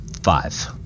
Five